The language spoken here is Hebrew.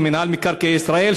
למינהל מקרקעי ישראל,